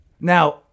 Now